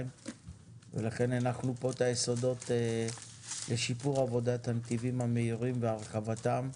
ולכן הנחנו פה את היסודות לשיפור עבודת הנתיבים המהירים והרחבתם,